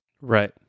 Right